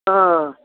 अँ